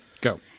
Go